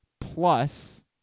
plus